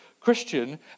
Christian